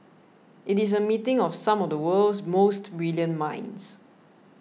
it is a meeting of some of the world's most brilliant minds